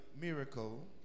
miracle